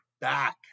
back